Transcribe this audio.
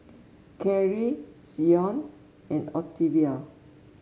Carry Coen and Octavio